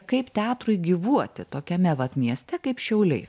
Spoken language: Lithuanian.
kaip teatrui gyvuoti tokiame vat mieste kaip šiauliai